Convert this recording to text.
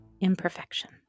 imperfection